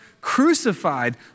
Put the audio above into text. crucified